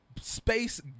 space